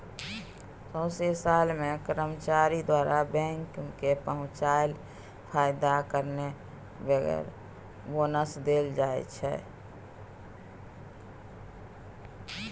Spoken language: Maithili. सौंसे साल मे कर्मचारी द्वारा बैंक केँ पहुँचाएल फायदा कारणेँ बैंकर बोनस देल जाइ छै